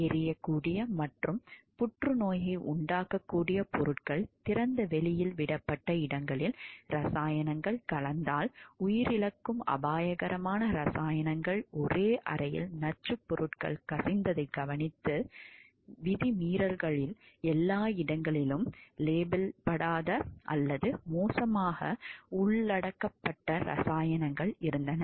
எரியக்கூடிய மற்றும் புற்றுநோயை உண்டாக்கும் பொருட்கள் திறந்த வெளியில் விடப்பட்ட இடங்களில் இரசாயனங்கள் கலந்தால் உயிரிழக்கும் அபாயகரமான இரசாயனங்கள் ஒரே அறையில் நச்சுப் பொருட்கள் கசிந்ததைக் கவனித்த விதிமீறல்களில் எல்லா இடங்களிலும் லேபிளிடப்படாத அல்லது மோசமாக உள்ளடக்கப்பட்ட இரசாயனங்கள் இருந்தன